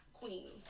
queen